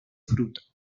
fruto